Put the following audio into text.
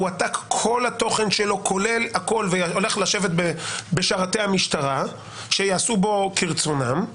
הועתק כל התוכן שלו כולל הכול והולך לשבת בשרתי המשטרה שיעשו בו כרצונם.